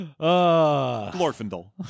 Glorfindel